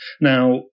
Now